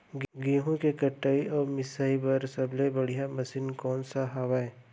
गेहूँ के कटाई अऊ मिंजाई बर सबले बढ़िया मशीन कोन सा हवये?